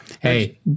Hey